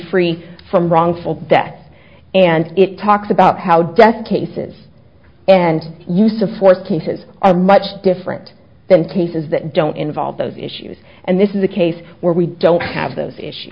free from wrongful death and it talks about how death cases and use the fourth cases are much different than cases that don't involve those issues and this is a case where we don't have those issues